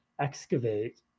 excavate